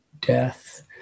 death